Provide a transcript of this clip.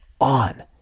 on